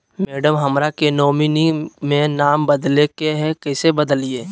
madam, हमरा के nominee में नाम बदले के हैं, कैसे बदलिए